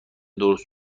درست